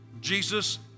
Jesus